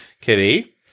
kitty